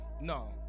No